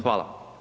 Hvala.